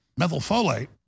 methylfolate